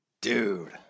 Dude